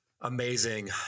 amazing